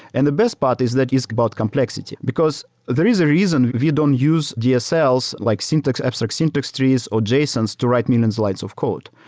and the best part is that about complexity, because there is a reason if you don't use dsls, like syntax, abstract syntax trees or jsons to write millions lines of code.